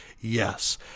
Yes